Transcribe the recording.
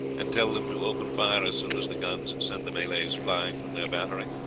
and tell them to open fire as soon as the guns send the malays flying from their battery?